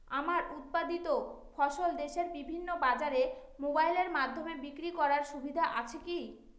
আমার উৎপাদিত ফসল দেশের বিভিন্ন বাজারে মোবাইলের মাধ্যমে বিক্রি করার সুবিধা আছে কি?